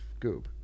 Goob